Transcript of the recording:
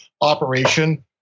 operation